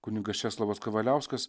kunigas česlovas kavaliauskas